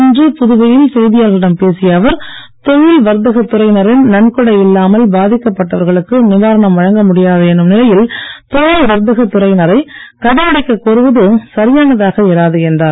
இன்று புதுவையில் செய்தியாளர்களிடம் பேசிய அவர் தொழில் வர்த்தக துறையினரின் நன்கொடை இல்லாமல் பாதிக்கப்பட்டவர்களுக்கு நிவாரணம் வழங்க முடியாது என்னும் நிலையில் தொழில் வர்த்தக துறையினரை கதவடைக்கக் கோருவது சரியானதாக இராது என்றார்